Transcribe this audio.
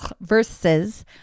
versus